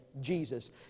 Jesus